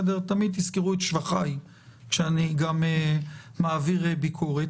תמיד תזכרו את שבחיי גם כשאני מעביר ביקורת